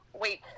wait